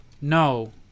No